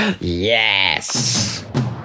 Yes